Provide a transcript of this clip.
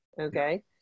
Okay